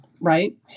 right